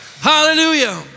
Hallelujah